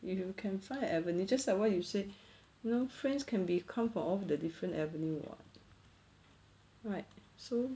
you can find avenue just like what you say you know friends can be come from all the different avenue [what] right so